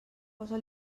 posa